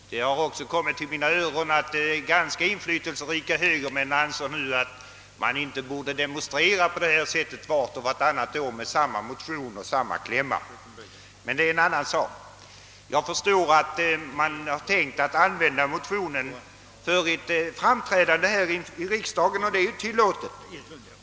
Det har också kommit till mina öron att ganska inflytelserika högermän nu anser att man inte bör demonstrera på detta sätt med samma motion och samma kläm vart och vartannat år. Men det är en annan sak. Jag förstår att man har tänkt använda motionen för ett framträdande här i riksdagen, och det är ju tillåtet.